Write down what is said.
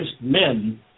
men